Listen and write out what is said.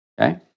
Okay